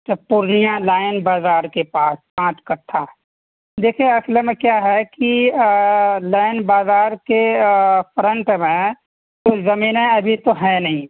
Purnia line بازار کے پاس پانچ کٹھہ دیکھیے اصل میں کیا ہے کہ لائن بازار کے فرنٹ میں کچھ زمینیں ابھی تو ہیں نہیں